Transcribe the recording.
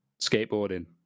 skateboarding